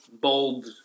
bold